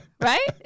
Right